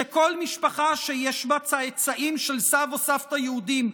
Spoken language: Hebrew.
שכל משפחה שיש בה צאצאים של סב או סבתא יהודים,